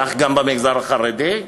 כך גם במגזר החרדי.